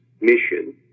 mission